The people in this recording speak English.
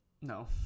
No